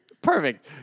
Perfect